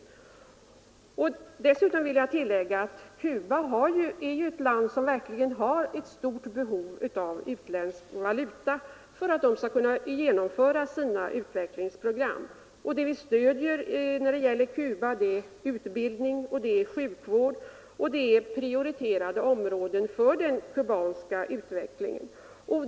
principerna Dessutom vill jag tillägga att Cuba är ett land som verkligen har ett för svensk biståndsstort behov av utländsk valuta för att man skall kunna genomföra sina = politik utvecklingsprogram. Vad vi stöder när det gäller Cuba är utbildning, sjukvård och prioriterade områden för den kubanska utvecklingen.